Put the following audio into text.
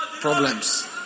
problems